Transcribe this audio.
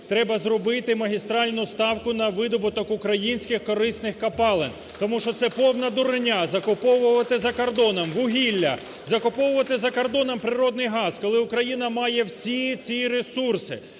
треба зробити магістральну ставку на видобуток українських корисних копалин. Тому що це повна дурня закуповувати за кордоном вугілля, закуповувати за кордоном природний газ, коли Україна має всі ці ресурси.